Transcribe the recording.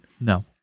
No